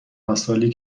مسائلی